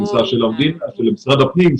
כניסה של משרד הפנים,